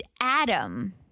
Adam